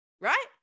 right